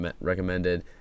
recommended